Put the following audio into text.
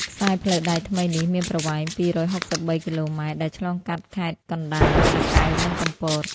ខ្សែផ្លូវដែកថ្មីនេះមានប្រវែង ២៦៣ គីឡូម៉ែត្រ ដែលឆ្លងកាត់ខេត្តកណ្តាល តាកែវ និងកំពត។